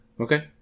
Okay